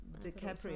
DiCaprio